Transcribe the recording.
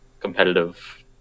competitive